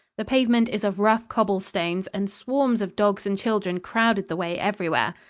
the pavement is of rough cobble-stones, and swarms of dogs and children crowded the way everywhere.